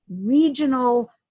regional